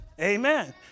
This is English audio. amen